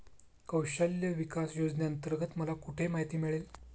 कौशल्य विकास योजनेअंतर्गत मला कुठे माहिती मिळेल?